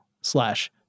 slash